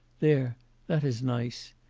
there that is nice.